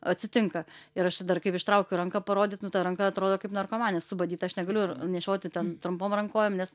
atsitinka ir aš čia dar kai ištraukiu ranką parodyt nu ta ranka atrodo kaip narkomanės subadyta aš negaliu nešioti ten trumpom rankovėm nes